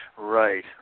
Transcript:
Right